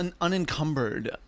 unencumbered